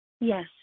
Yes